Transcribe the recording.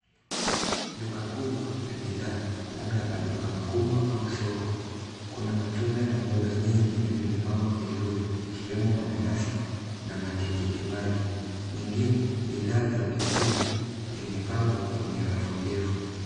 Duka kubwa la bidhaa labda maduka makubwa au soko, kuna matunda na mboga nyingi zimepangwa vizuri ikiwemo mananazi na matikiti maji. Nyingine bidhaa vya vyakula zimepangwa kwenye rafu ndefu.